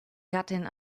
gattin